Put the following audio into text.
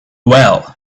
well